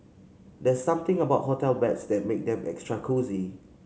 there's something about hotel beds that make them extra cosy